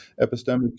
epistemic